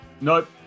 nope